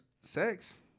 sex